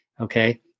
okay